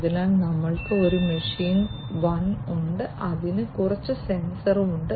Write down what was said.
അതിനാൽ ഞങ്ങൾക്ക് ഒരു മെഷീൻ 1 ഉണ്ട് അതിന് കുറച്ച് സെൻസർ ഉണ്ട്